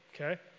okay